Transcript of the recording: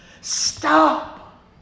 Stop